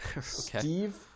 Steve